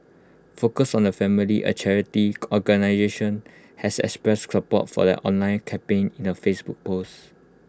focus on the family A charity organisation has expressed support for the online campaign in A Facebook post